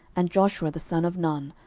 and joshua the son of nun,